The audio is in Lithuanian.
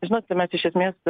žinot mes iš esmės